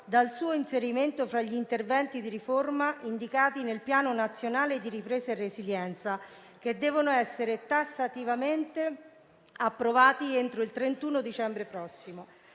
dal suo inserimento fra gli interventi di riforma indicati nel Piano nazionale di ripresa e resilienza che devono essere tassativamente approvati entro il 31 dicembre prossimo.